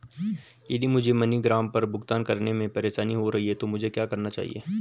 यदि मुझे मनीग्राम पर भुगतान करने में परेशानी हो रही है तो मुझे क्या करना चाहिए?